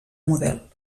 model